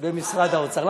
במשרד האוצר.